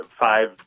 five